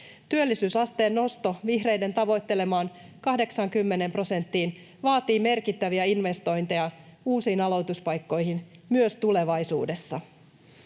Työllisyysasteen nosto vihreiden tavoittelemaan 80 prosenttiin vaatii merkittäviä investointeja uusiin aloituspaikkoihin myös tulevaisuudessa.